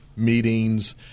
meetings